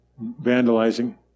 vandalizing